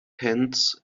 hands